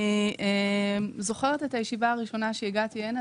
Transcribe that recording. אני זוכרת את הישיבה הראשונה שהגעתי הנה,